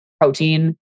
protein